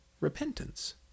repentance